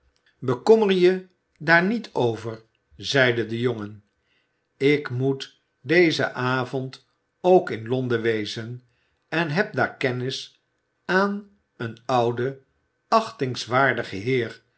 bekommer je daar niet over zeide de jongen ik moet dezen avond ook in londen wezen en heb daar kennis aan een ouden achtingswaardigen heer